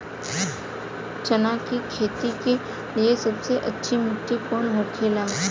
चना की खेती के लिए सबसे अच्छी मिट्टी कौन होखे ला?